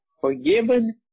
forgiven